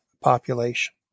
population